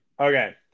Okay